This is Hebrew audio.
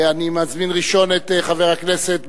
אני מזמין ראשון את חבר הכנסת בן-ארי,